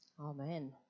Amen